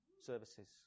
services